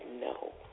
no